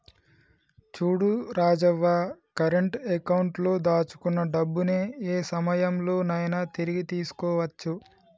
చూడు Rajavva current account లో దాచుకున్న డబ్బుని ఏ సమయంలో నైనా తిరిగి తీసుకోవచ్చు